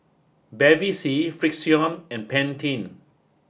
Bevy C Frixion and Pantene